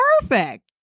Perfect